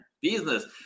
business